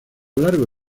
largo